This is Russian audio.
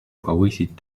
повысить